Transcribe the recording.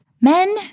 men